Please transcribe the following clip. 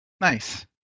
Nice